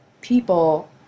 people